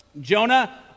Jonah